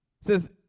says